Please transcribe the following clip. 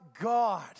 God